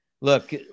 Look